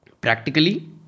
practically